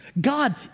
God